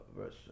verse